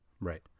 right